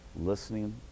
listening